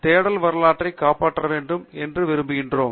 தேடல் வரலாற்றை காப்பாற்ற வேண்டும் என்று விரும்புகிறோம்